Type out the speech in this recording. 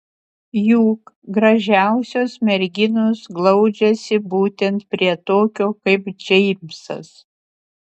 juk gražiausios merginos glaudžiasi būtent prie tokio kaip džeimsas